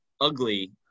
ugly